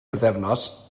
pythefnos